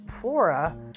flora